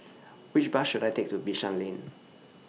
Which Bus should I Take to Bishan Lane